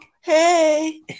hey